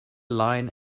line